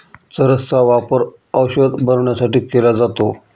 चरस चा वापर औषध बनवण्यासाठी केला जातो